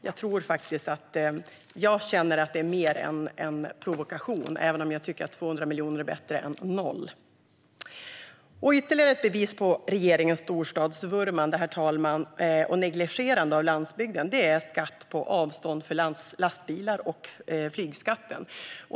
Jag känner att det snarare är en provokation, även om jag tycker att 200 miljoner är bättre än noll. Herr talman! Ytterligare ett bevis på regeringens storstadsvurmande och negligerande av landsbygden är flygskatten och skatten på avstånd för lastbilar.